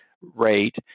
rate